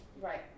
Right